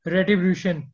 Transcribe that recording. Retribution